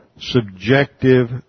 subjective